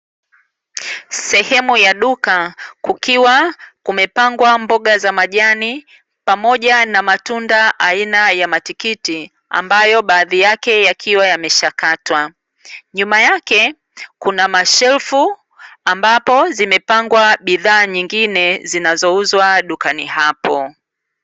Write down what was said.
Sehemu ya duka kukiwa kumepangwa mboga za majani, pamoja na matunda aina ya matikiti, ambayo baadhi yake yakiwa yameshakatwa. Nyuma yake kuna mashelfu, ambapo zimepangwa bidhaa nyingine zinazouzwa dukani hapo.